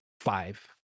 five